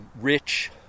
rich